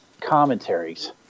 commentaries